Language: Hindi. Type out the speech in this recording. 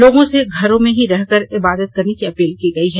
लोगों से घरों में ही रहकर इबादत करने की अपील की गई है